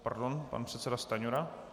Pardon, pan předseda Stanjura.